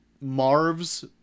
Marv's